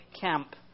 camp